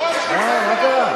נכון,